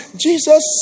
Jesus